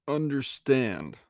understand